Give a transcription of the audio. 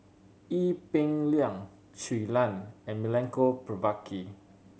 Ee Peng Liang Shui Lan and Milenko Prvacki